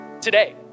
today